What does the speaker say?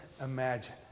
imagine